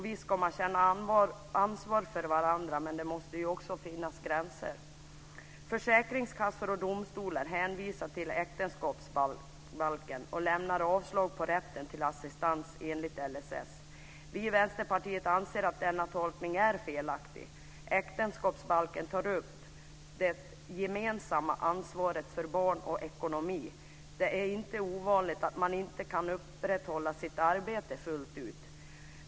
Visst ska man känna ansvar för varandra, men det måste också finnas gränser. Försäkringskassor och domstolar hänvisar till äktenskapsbalken och lämnar avslag på rätten till assistans enligt LSS. Vi i Vänsterpartiet anser att denna tolkning är felaktig. Äktenskapsbalken tar upp det gemensamma ansvaret för barn och ekonomi. Det är inte ovanligt att man inte kan upprätthålla sitt arbete fullt ut.